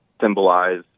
symbolize